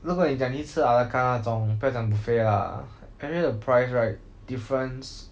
如果你讲你去吃 a la carte 那种不要讲 buffet lah actually the price right difference